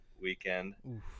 weekend